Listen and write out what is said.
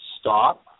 stop